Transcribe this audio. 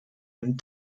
and